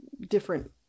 different